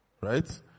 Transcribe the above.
right